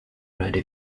ready